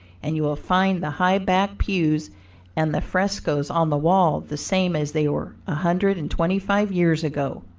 and you will find the high backed pews and the frescoes on the wall the same as they were a hundred and twenty-five years ago.